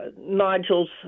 nodules